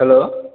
hello